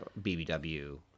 BBW